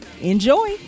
Enjoy